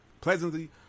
pleasantly